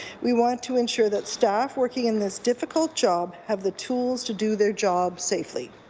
we want to ensure that staff working in this difficult job have the tools to do their job safely.